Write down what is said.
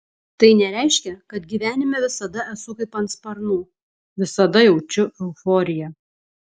tai nereiškia kad gyvenime visada esu kaip ant sparnų visada jaučiu euforiją